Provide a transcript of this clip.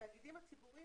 התאגידים הציבוריים